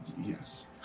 Yes